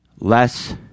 less